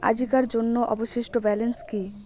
আজিকার জন্য অবশিষ্ট ব্যালেন্স কি?